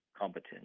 competent